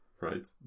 Right